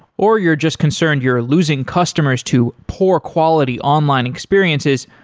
or you're just concerned you're losing customers to poor quality online experiences,